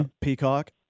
Peacock